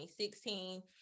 2016